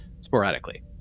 sporadically